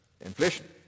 inflation